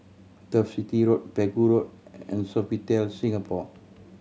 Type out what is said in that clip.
Turf City Road Pegu Road and Sofitel Singapore